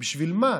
בשביל מה?